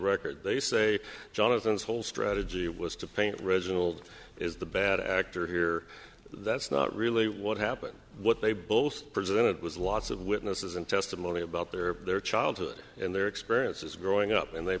record they say jonathan's whole strategy was to paint reginald is the bad actor here that's not really what happened what they both presented was lots of witnesses and testimony about their their childhood and their experiences growing up and they